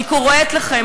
אני קוראת לכם,